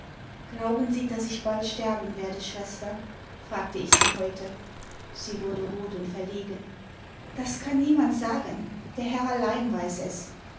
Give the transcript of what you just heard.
glauben sie daß ich bald sterben werde schwester fragte ich sie heute sie wurde rot und verlegen das kann niemand sagen der herr allein weiß es